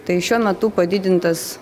tai šiuo metu padidintas